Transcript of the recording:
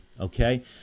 okay